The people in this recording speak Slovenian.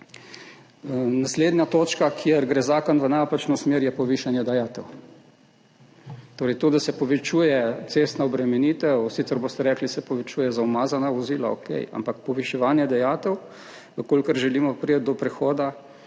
Naslednja točka, kjer gre zakon v napačno smer, je povišanje dajatev. To, da se povečuje cestna obremenitev, sicer boste rekli, da se povečuje za umazana vozila, okej, ampak poviševanje dajatev, če želimo priti do prehoda,